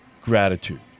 gratitude